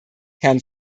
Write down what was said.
herrn